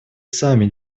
сами